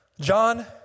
John